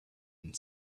and